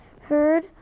heard